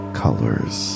colors